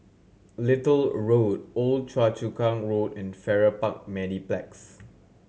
Little Road Old Choa Chu Kang Road and Farrer Park Mediplex